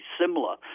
similar